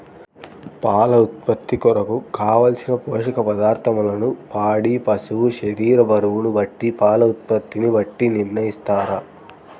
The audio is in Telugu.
పాల ఉత్పత్తి కొరకు, కావలసిన పోషక పదార్ధములను పాడి పశువు శరీర బరువును బట్టి పాల ఉత్పత్తిని బట్టి నిర్ణయిస్తారా?